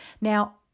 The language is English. Now